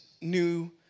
new